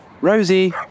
Rosie